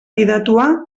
gidatua